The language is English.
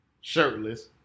shirtless